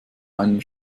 einen